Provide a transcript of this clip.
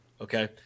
okay